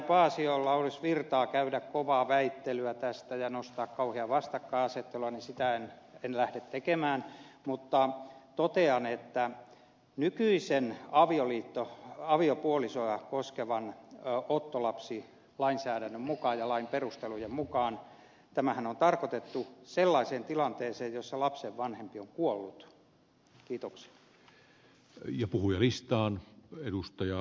paasiolla olisi virtaa käydä kovaa väittelyä tästä ja nostaa kauheaa vastakkainasettelua niin sitä en lähde tekemään mutta totean että nykyisen aviopuolisoja koskevan ottolapsilainsäädännön mukaan ja lain perustelujen mukaan tämähän on tarkoitettu sellaiseen tilanteeseen jossa lapsen vanhempi on kuollut